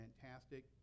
fantastic